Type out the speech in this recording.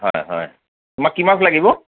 হয় হয় তোমাক কি মাছ মাছ লাগিব